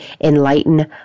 enlighten